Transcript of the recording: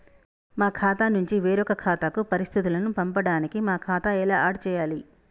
మా ఖాతా నుంచి వేరొక ఖాతాకు పరిస్థితులను పంపడానికి మా ఖాతా ఎలా ఆడ్ చేయాలి?